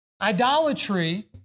Idolatry